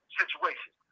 situation